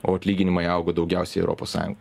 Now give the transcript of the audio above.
o atlyginimai augo daugiausiai europos sąjungoj